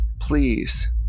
please